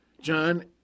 John